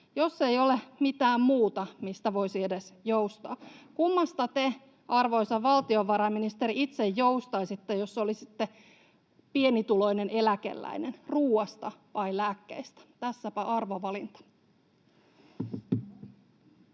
Jos ei ole mitään muuta, mistä voisi edes joustaa, kummasta te, arvoisa valtiovarainministeri, itse joustaisitte, jos olisitte pienituloinen eläkeläinen, ruuasta vai lääkkeistä? Tässäpä arvovalinta.